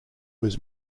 was